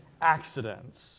accidents